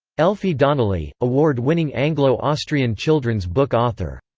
elfie donnelly, award-winning anglo-austrian children's book author.